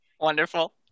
Wonderful